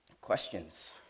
questions